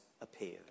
appeared